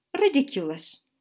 Ridiculous